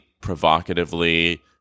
provocatively